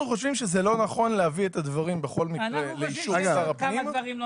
אנו חושבים שלא נכון להביא את הדברים בכל מקרה לאישור שר הפנים.